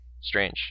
Strange